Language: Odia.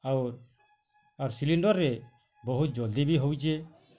ଆଉ ଆଉ ସିଲିଣ୍ଡରେ ବହୁତ ଜଲଦି ବି ହଉଛି